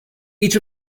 each